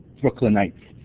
brooklynite.